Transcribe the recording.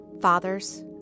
fathers